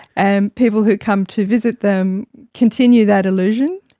and people who come to visit them continue that illusion.